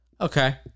Okay